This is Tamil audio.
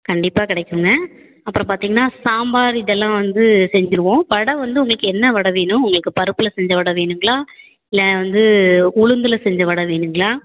கண்டிப்பாக கிடைக்குங்க அப்புறம் பார்த்தீங்கன்னா சாம்பார் இதெல்லாம் வந்து செஞ்சுருவோம் வடை வந்து உங்களுக்கு என்ன வடை வேணும் உங்களுக்கு பருப்பில் செஞ்ச வடை வேணுங்களா இல்லை வந்து உளுந்தில் செஞ்ச வடை வேணுங்களா